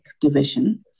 division